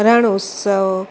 रण उत्सव